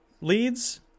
leads